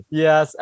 yes